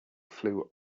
flew